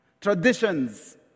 traditions